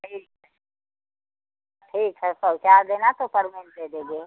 ठीक ठीक है पहुँचा देना तो परमेंट दे देंगे